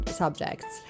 subjects